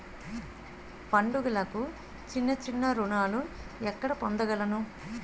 పండుగలకు చిన్న చిన్న రుణాలు ఎక్కడ పొందగలను?